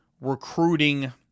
recruiting